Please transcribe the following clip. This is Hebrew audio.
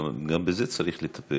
גם בזה צריך לטפל,